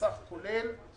הוא על סך כולל של